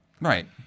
Right